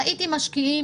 ראיתי משקיעים,